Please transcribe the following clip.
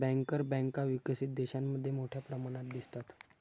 banker बँका विकसित देशांमध्ये मोठ्या प्रमाणात दिसतात